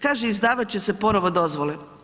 Kaže izdavat će se ponovo dozvole.